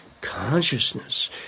consciousness